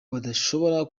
badashobora